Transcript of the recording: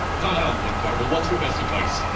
how now lord cardinal, what's your best advice?